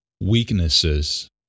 weaknesses